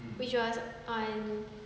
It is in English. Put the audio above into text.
which was on